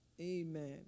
Amen